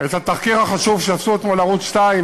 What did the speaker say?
את התחקיר החשוב שעשו אתמול ערוץ 2,